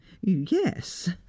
Yes